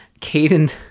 Caden